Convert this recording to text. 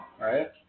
right